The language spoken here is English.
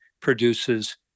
produces